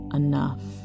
enough